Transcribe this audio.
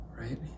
right